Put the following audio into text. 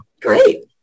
Great